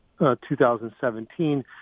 2017